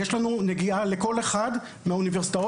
יש לנו נגיעה לכל אחת מהאוניברסיטאות,